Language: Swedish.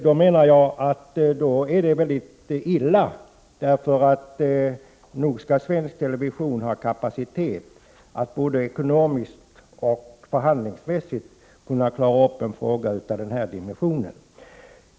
I så fall är det mycket illa, för nog skall väl svensk television ha kapacitet att både ekonomiskt och förhandlingsmässigt klara av en sak av denna dimension.